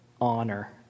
honor